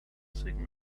signal